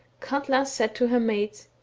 katla said to her maids,